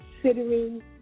considering